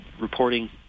reporting